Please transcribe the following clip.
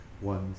one